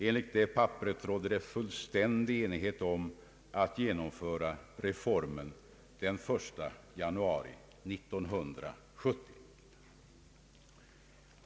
Enligt detta papper råder fullständig enighet om att genomföra reformen den 1 januari 1970.